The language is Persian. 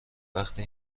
وقتی